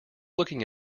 looking